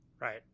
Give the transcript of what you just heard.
right